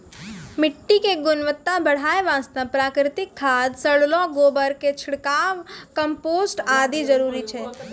मिट्टी के गुणवत्ता बढ़ाय वास्तॅ प्राकृतिक खाद, सड़लो गोबर के छिड़काव, कंपोस्ट आदि जरूरी छै